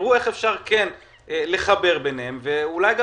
תראו איך אפשר לחבר ביניהם ואולי,